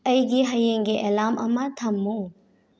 ꯑꯩꯒꯤ ꯍꯌꯦꯡꯒꯤ ꯑꯦꯂꯥꯝ ꯑꯃ ꯊꯝꯃꯨ